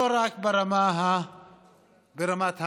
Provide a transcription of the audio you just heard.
לא רק ברמת המדינה.